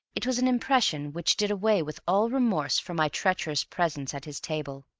it was an impression which did away with all remorse for my treacherous presence at his table.